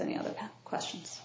any other questions